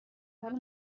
حال